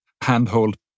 handhold